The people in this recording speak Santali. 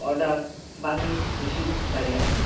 ᱚᱰᱟᱨ ᱵᱟᱝ ᱤᱧ ᱨᱤᱥᱤᱵᱽ ᱫᱟᱲᱮᱭᱟᱜ ᱠᱟᱱᱟ